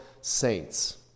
saints